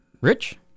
rich